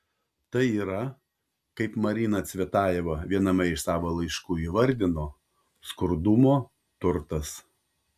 tai yra kaip marina cvetajeva viename iš savo laiškų įvardino skurdumo turtas